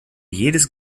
jedes